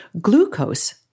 Glucose